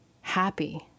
happy